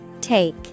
Take